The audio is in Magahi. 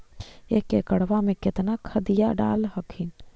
एक एकड़बा मे कितना खदिया डाल हखिन?